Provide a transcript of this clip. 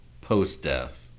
post-death